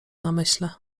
namyśle